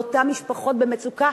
לאותן משפחות במצוקה,